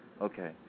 Okay